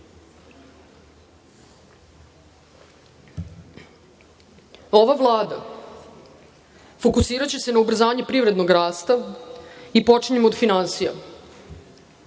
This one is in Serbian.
Vlada fokusiraće se na ubrzanje privrednog rasta i počinjemo od finansija.